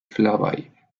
flavaj